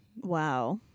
wow